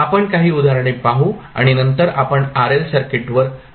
आपण काही उदाहरणे पाहू आणि नंतर आपण RL सर्किट वर जाऊ